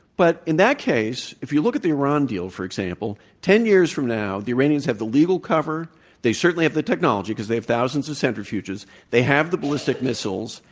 but in that case, if you look at the iran deal, for example, ten years from now, the iranians have the legal cover they certainly have the technology, because they have thousands centrifuges. they have the ballistic missiles.